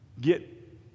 get